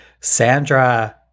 Sandra